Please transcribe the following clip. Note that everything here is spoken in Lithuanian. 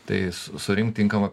tai su surinkt tinkamą